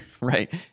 right